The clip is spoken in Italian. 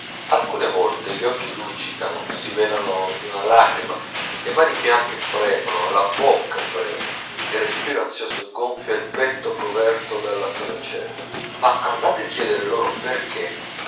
alcune volte gli occhi luccicano si velano d'una lacrima le mani bianche fremono la bocca freme il respiro ansioso gonfia il petto coverto dalla tonacella ma andate a chiedere loro perchè